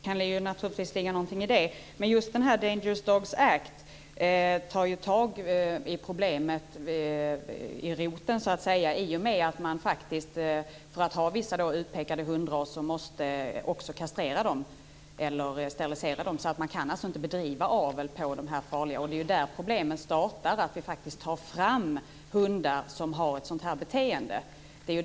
Fru talman! Det kan naturligtvis ligga någonting i det. Men just Dangerous Dogs Act tar ju tag i roten av problemet i och med att man för att få ha vissa utpekade hundraser faktiskt måste kastrera eller sterilisera dem. Man kan alltså inte bedriva avel med de här farliga hundarna. Det är där problemet startar, att vi faktiskt tar fram hundar som har ett sådant här beteende.